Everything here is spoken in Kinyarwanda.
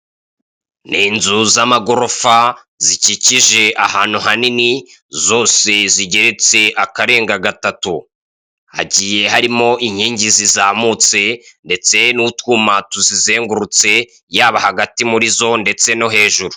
Ni nzu z'amagorofa zikikije ahantu hanini, zose zigeretse akarenga gatatu. Hagiye harimo inkingi zizamutse ndetse n'utwuma tuzizengurutse, yaba hagati muri zo ndetse no hejuru.